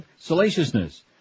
salaciousness